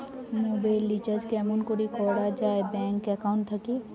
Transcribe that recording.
Mobile recharge কেমন করি করা যায় ব্যাংক একাউন্ট থাকি?